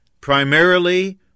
Primarily